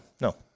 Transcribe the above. No